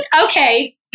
Okay